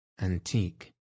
antique